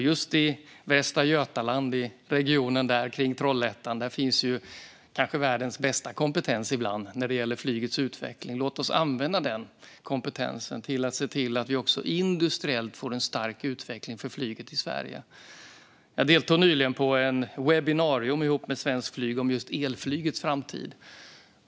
Just i Västra Götalandsregionen kring Trollhättan finns kanske världens bästa kompetens ibland när det gäller flygets utveckling. Låt oss använda denna kompetens för att se till att vi också industriellt får en stark utveckling för flyget i Sverige. Jag deltog nyligen i ett webbinarium tillsammans med svenskt flyg om just elflygets framtid.